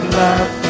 love